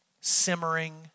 simmering